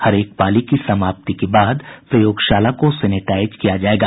हरेक पाली की समाप्ति के बाद प्रयोगशाला को सेनेटाइज किया जायेगा